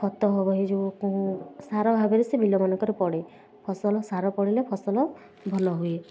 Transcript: ଖତ ହେବା ଏଇ ଯେଉଁ ସାର ଭାବରେ ସେ ବିଲମାନଙ୍କରେ ପଡ଼େ ଫସଲ ସାର ପଡ଼ିଲେ ଫସଲ ଭଲ ହୁଏ